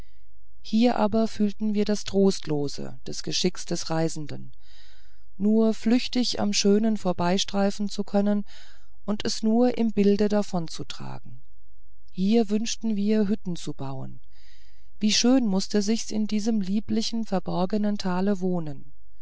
hier aber fühlten wir das trostlose des geschicks des reisenenden nur flüchtig am schönen vorüberstreifen zu können und es nur im bilde davonzutragen hier wünschten wir hütten zu bauen wie schön muß sich's in diesem heimliche verborgenen tale wohnen